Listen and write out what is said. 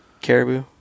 caribou